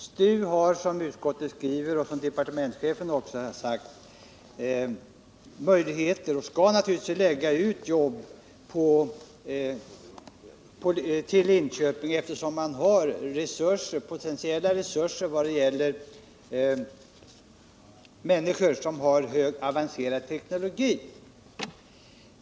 STU har, som utskottet skriver och som departementschefen också sagt, möjligheter att lägga ut jobb till Linköping, eftersom man har potentiella resurser vad gäller människor som besitter högt avancerade teknologiska kunskaper.